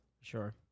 sure